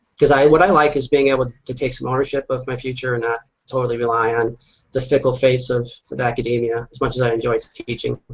because what i like is being able to take some ownership of my future and not totally rely on the fickle fates of of academia as much as i enjoy teaching.